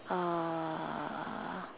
uh